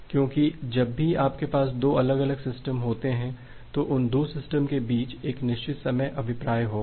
क्योंकि जब भी आपके पास 2 अलग अलग सिस्टम होते हैं तो इन 2 सिस्टम्स के बीच एक निश्चित समय अभिप्राय होगा